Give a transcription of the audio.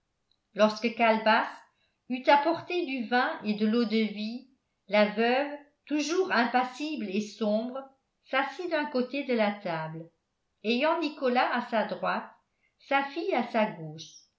lorsque calebasse eut apporté du vin et de l'eau-de-vie la veuve toujours impassible et sombre s'assit d'un côté de la table ayant nicolas à sa droite sa fille à sa gauche